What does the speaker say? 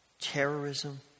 terrorism